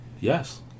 Yes